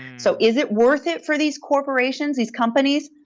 so is it worth it for these corporations, these companies?